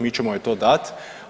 Mi ćemo joj to dati.